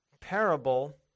parable